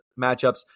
matchups